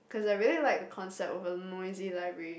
cause I really like the concept of a noisy library